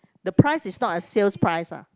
the price is not a sales price ah